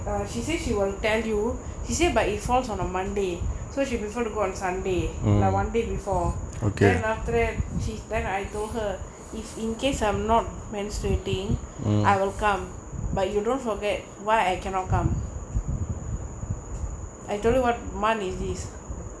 err she say she will tell you she say but it falls on a monday so she prefer to go on sunday lah one day before then after that she then I told her if in case I'm not menstruating I will come but you don't forget why I cannot come I tell you what month is this